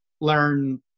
learn